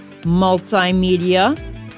multimedia